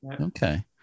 Okay